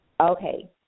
Okay